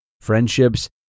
friendships